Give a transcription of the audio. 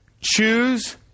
Choose